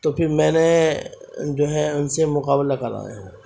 تو پھر میں نے جو ہے ان سے مقابلہ کرا ہے